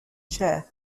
chair